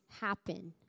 happen